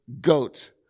GOAT